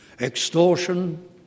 Extortion